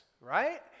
right